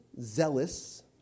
zealous